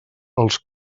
els